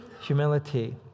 humility